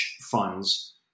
funds